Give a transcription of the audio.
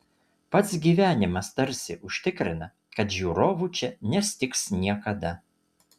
pats gyvenimas tarsi užtikrina kad žiūrovų čia nestigs niekada